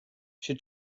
she